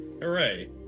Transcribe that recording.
Hooray